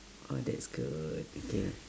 oh that's good okay